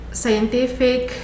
scientific